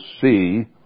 see